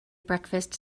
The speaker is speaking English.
breakfast